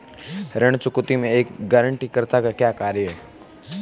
ऋण चुकौती में एक गारंटीकर्ता का क्या कार्य है?